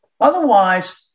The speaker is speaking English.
Otherwise